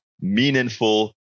meaningful